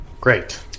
Great